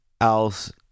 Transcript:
else